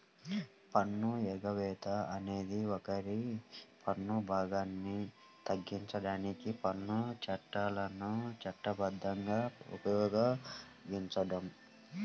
పన్ను ఎగవేత అనేది ఒకరి పన్ను భారాన్ని తగ్గించడానికి పన్ను చట్టాలను చట్టబద్ధంగా ఉపయోగించడం